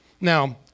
Now